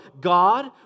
God